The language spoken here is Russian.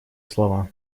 слова